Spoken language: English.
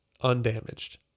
undamaged